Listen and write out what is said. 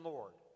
Lord